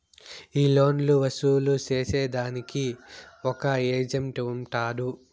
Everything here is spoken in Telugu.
ఈ లోన్లు వసూలు సేసేదానికి ఒక ఏజెంట్ ఉంటాడు